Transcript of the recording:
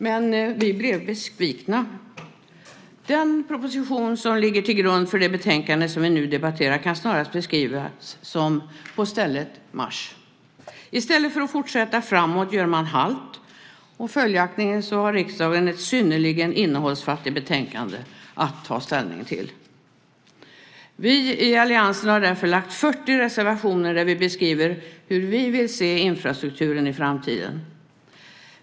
Men vi blev besvikna. Den proposition som ligger till grund för det betänkande som vi nu debatterar kan snarast beskrivas som på stället marsch. I stället för att fortsätta framåt gör man halt, och följaktligen har riksdagen ett synnerligen innehållsfattigt betänkande att ta ställning till. Vi i alliansen har därför 40 reservationer där vi beskriver hur vi vill se infrastrukturen i framtiden.